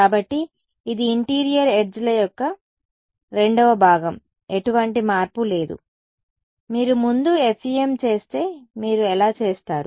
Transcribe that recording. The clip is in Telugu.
కాబట్టి ఇది ఇంటీరియర్ ఎడ్జ్ల యొక్క రెండవ భాగం ఎటువంటి మార్పు లేదు మీరు ముందు FEM చేస్తే మీరు ఎలా చేస్తారు